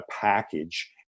package